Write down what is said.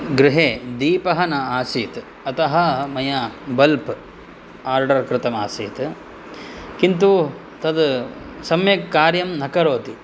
गृहे दीपः न आसीत् अतः मया बल्प् आर्डर् कृतम् आसीत् किन्तु तत् सम्यक् कार्यं न करोति